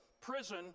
prison